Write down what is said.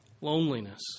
Loneliness